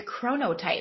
chronotype